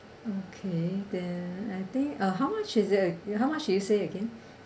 okay then I think uh how much is it uh how much is it say again